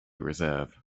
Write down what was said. reserve